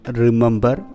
remember